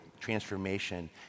transformation